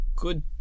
good